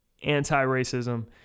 anti-racism